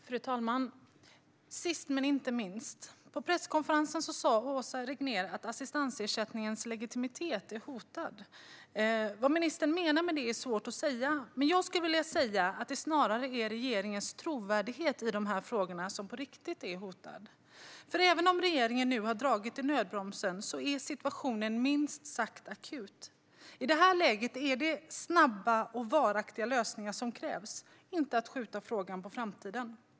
Fru talman! Sist men inte minst - på presskonferensen sa Åsa Regnér att assistansersättningens legitimitet är hotad. Det är svårt att säga vad ministern menade med det. Men det är snarare regeringens trovärdighet i de här frågorna som är hotad, på riktigt. Även om regeringen nu har dragit i nödbromsen är situationen minst sagt akut. I det här läget är det snabba och varaktiga lösningar som krävs, inte att man skjuter frågan på framtiden.